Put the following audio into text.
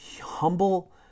humble